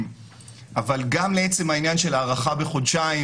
אבל גם לעצם העניין של הארכה בחודשיים,